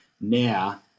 Now